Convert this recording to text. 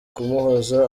kumuhoza